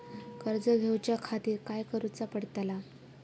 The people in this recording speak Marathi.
कर्ज घेऊच्या खातीर काय करुचा पडतला?